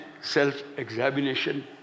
self-examination